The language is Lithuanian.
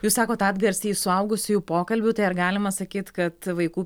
jūs sakot atgarsiai iš suaugusiųjų pokalbių tai ar galima sakyt kad vaikų